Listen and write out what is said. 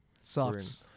Sucks